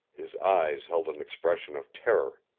his eyes held an expression of terror.